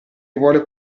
vuole